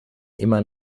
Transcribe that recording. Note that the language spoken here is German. immer